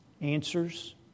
answers